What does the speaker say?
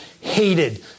hated